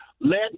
Let